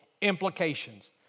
implications